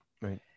Right